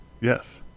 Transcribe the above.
Yes